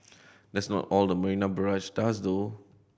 that's not all the Marina Barrage does though